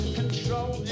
control